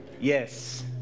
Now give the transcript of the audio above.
Yes